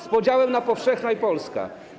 z podziałem na powszechną i Polski.